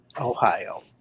Ohio